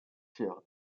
tiers